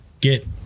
get